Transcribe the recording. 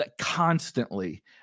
constantly